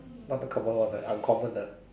not the common one ah uncommon ah